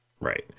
right